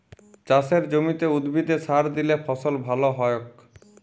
চাসের জমিতে উদ্ভিদে সার দিলে ফসল ভাল হ্য়য়ক